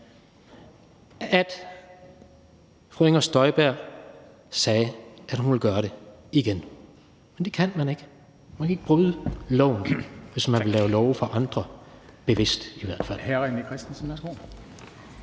at fru Inger Støjberg sagde, at hun ville gøre det igen. Men det kan man ikke. Man kan ikke bryde loven – bevidst i hvert fald